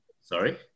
sorry